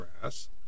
grass